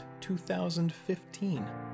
2015